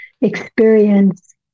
experience